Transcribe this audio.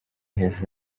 hejuru